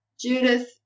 Judith